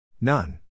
None